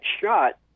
shot